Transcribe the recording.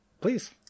Please